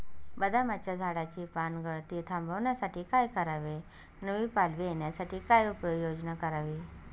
बदामाच्या झाडाची पानगळती थांबवण्यासाठी काय करावे? नवी पालवी येण्यासाठी काय उपाययोजना करावी?